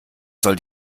soll